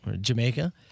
Jamaica